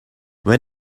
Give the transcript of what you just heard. when